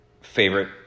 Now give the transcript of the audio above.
favorite